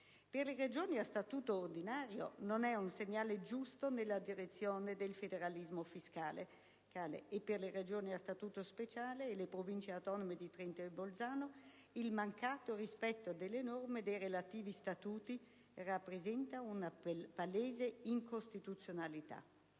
Per le Regioni a statuto ordinario non è un segnale giusto nella direzione del federalismo fiscale e per le Regioni a statuto speciale e le Province autonome di Trento e Bolzano il mancato rispetto delle norme dei relativi statuti rappresenta una palese incostituzionalità.